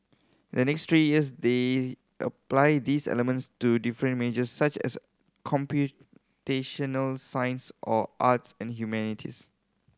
in the next three years they apply these elements to different majors such as computational science or arts and humanities